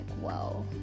wow